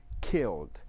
killed